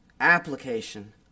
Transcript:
application